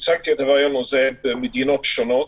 הצגתי את הרעיון הזה במדינות שונות.